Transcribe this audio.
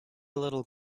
little